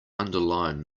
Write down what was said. underline